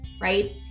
right